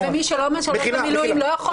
ומי שלא משרת במילואים, לא יכול?